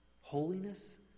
holiness